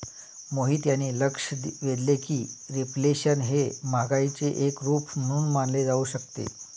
मोहित यांनी लक्ष वेधले की रिफ्लेशन हे महागाईचे एक रूप म्हणून मानले जाऊ शकते